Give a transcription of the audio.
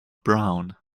brown